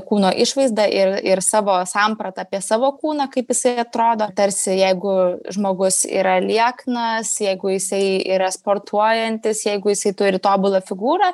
kūno išvaizdą ir ir savo sampratą apie savo kūną kaip jisai atrodo tarsi jeigu žmogus yra lieknas jeigu jisai yra sportuojantis jeigu jisai turi tobulą figūrą